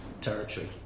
territory